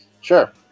Sure